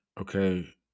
okay